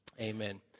Amen